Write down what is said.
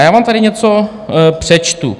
Já vám tady něco přečtu.